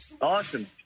Awesome